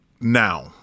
Now